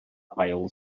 ail